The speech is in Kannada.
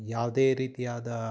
ಯಾವುದೇ ರೀತಿಯಾದ